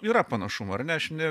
yra panašumų ar ne aš ne